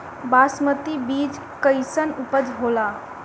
बासमती बीज कईसन उपज होला?